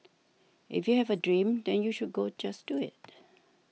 if you have a dream then you should go just do it